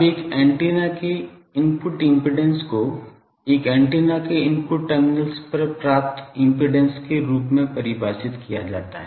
अब एक एंटीना के इनपुट इम्पीडेन्स को एक एंटीना के इनपुट टर्मिनल्स पर प्राप्त इम्पीडेन्स के रूप में परिभाषित किया जाता है